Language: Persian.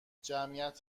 جمعیت